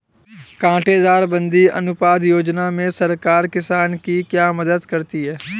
कांटेदार तार बंदी अनुदान योजना में सरकार किसान की क्या मदद करती है?